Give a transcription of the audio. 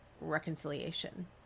reconciliation